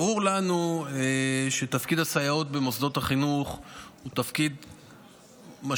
ברור לנו שתפקיד הסייעות במוסדות החינוך הוא תפקיד משמעותי,